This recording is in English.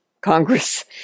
Congress